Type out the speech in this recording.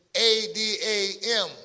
A-D-A-M